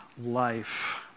life